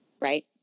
Right